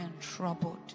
troubled